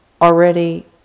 already